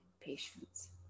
patience